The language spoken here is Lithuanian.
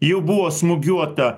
jau buvo smūgiuota